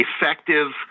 effective